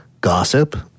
gossip